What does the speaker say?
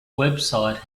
website